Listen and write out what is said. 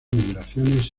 migraciones